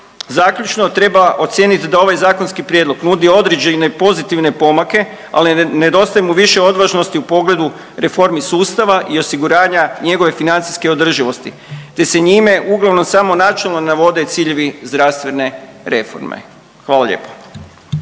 Zaključno, treba ocijenit da ovaj zakonski prijedlog nudi određene pozitivne pomake, ali nedostaje mu više odvažnosti u pogledu reformi sustava i osiguranja njegove financijske održivosti, te se njime uglavnom samo načelno navode ciljevi zdravstvene reforme, hvala lijepo.